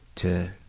to